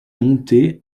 monté